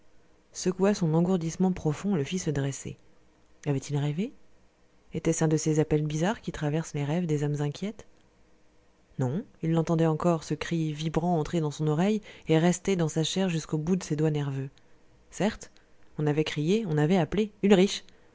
secoua son engourdissement profond et le fit se dresser avait-il rêvé était-ce un de ces appels bizarres qui traversent les rêves des âmes inquiètes non il l'entendait encore ce cri vibrant entré dans son oreille et resté dans sa chair jusqu'au bout de ses doigts nerveux certes on avait crié on avait appelé ulrich